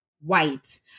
white